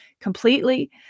completely